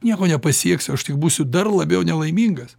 nieko nepasieksiu aš tik būsiu dar labiau nelaimingas